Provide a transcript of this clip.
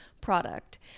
product